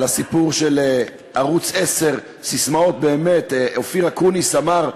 על הסיפור של ערוץ 10. ססמאות באמת אופיר אקוניס אמר: